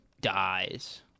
dies